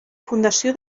fundació